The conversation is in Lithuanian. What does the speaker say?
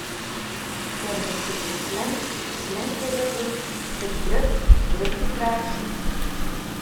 ir visi tik slink slinkt į vidų tik dribt dribt į krepšį